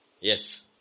Yes